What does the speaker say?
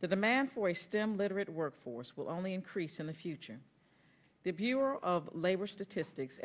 the demand for a stem literate workforce will only increase in the future the viewer of labor statistics